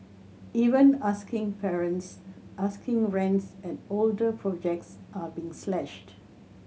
even asking parents asking rents at older projects are being slashed